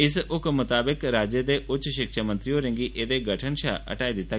इस हक्म मताबक राज्य दे उच्च शिक्षा मंत्री होरें गी एहदे गठन शा हटाई दिता ऐ